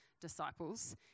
disciples